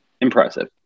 impressive